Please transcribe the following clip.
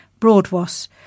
Broadwas